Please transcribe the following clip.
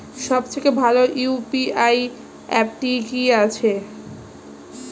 সবচেয়ে ভালো ইউ.পি.আই অ্যাপটি কি আছে?